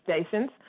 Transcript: stations